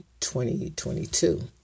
2022